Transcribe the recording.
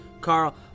Carl